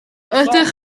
ydych